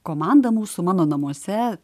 komanda mūsų mano namuose